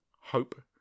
Hope